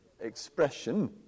expression